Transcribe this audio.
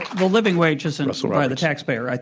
the living wage isn't sort of by the taxpayer.